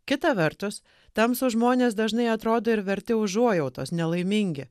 kita vertus tamsūs žmonės dažnai atrodo ir verti užuojautos nelaimingi